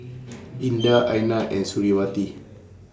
Indah Aina and Suriawati